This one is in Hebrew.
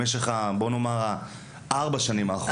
למשל במשך ארבע השנים האחרונות?